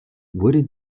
wurde